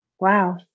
Wow